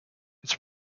its